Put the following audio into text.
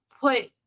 put